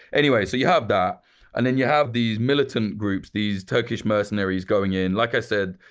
anyway, so you have that and then you have these militant groups, these turkish mercenaries going in. like i said,